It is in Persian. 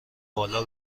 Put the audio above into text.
بالا